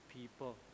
people